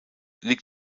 liegt